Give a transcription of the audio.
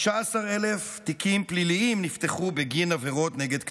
15,000 תיקים פליליים נפתחו בגין עבירות נגד קטינים,